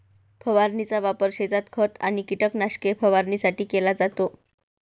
फवारणीचा वापर शेतात खत आणि कीटकनाशके फवारणीसाठी केला जातो